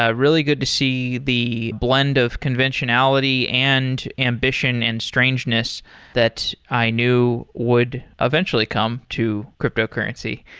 ah really good to see the blend of conventionality and ambition and strangeness that i knew would eventually come to cryptocurrency.